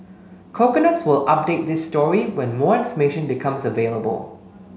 coconuts will update this story when more information becomes available